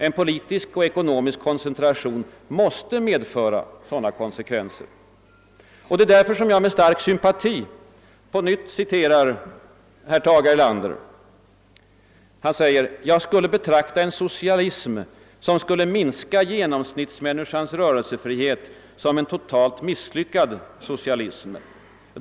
En politisk och ekonomisk koncentration måste medföra sådana konsekvenser. Det är därför jag med stark sympati på nytt citerar herr Tage Erlander: »Jag skulle betrakta en socialism som skulle minska genomsnittsmänniskans rörelsefrihet som en totalt misslyckad socialism.